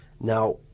Now